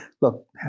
look